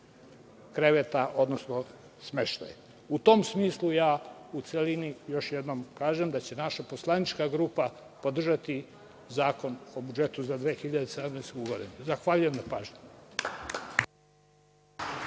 kreveta, odnosno smeštaj.U tom smislu ja u celini, još jednom kažem, da će naša poslanička grupa podržati Zakon o budžetu za 2017. godinu. Zahvaljujem na pažnji.